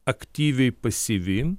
aktyviai pasyvi